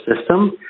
system